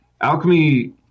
alchemy